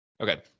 Okay